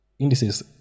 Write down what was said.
Indices